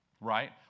right